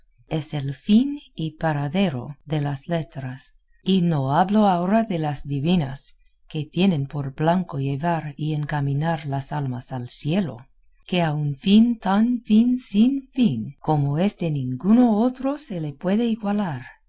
es el fin y paradero de las letras y no hablo ahora de las divinas que tienen por blanco llevar y encaminar las almas al cielo que a un fin tan sin fin como éste ninguno otro se le puede igualar